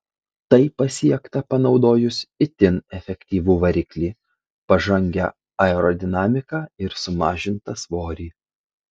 tai pasiekta panaudojus itin efektyvų variklį pažangią aerodinamiką ir sumažintą svorį